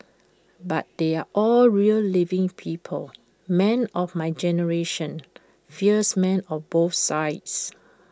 but they are all real living people men of my generation fierce men on both sides